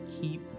keep